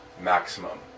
maximum